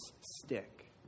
stick